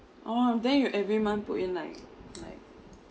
oh then you every month put in like like